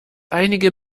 einige